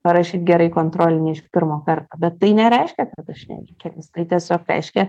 parašyt gerai kontrolinį iš pirmo karto bet tai nereiškia kad aš nevykėlis tai tiesiog reiškia